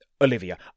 Olivia